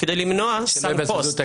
כדי למנוע --- שלא יבזבזו את הכסף.